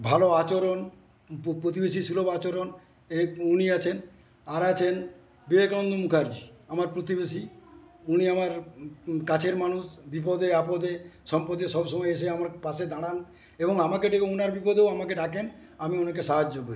ভালো আচরণ প্রতিবেশী সুলভ আচরণ এক উনি আছেন আর আছেন বিবেকানন্দ মুখার্জি আমার প্রতিবেশী উনি আমার কাছের মানুষ বিপদে আপদে সম্পদে সবসময় এসে আমার পাশে দাঁড়ান এবং আমাকে ডেকে ওনার বিপদেও আমাকে ডাকেন আমি ওনাকে সাহায্য করি